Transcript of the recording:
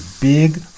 big